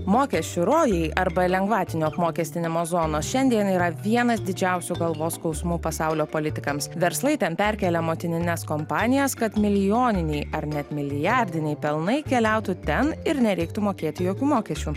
mokesčių rojuj arba lengvatinio apmokestinimo zonos šiandien yra vienas didžiausių galvos skausmų pasaulio politikams verslai ten perkėlė motinines kompanijas kad milijoniniai ar net milijardiniai pelnai keliautų ten ir nereiktų mokėti jokių mokesčių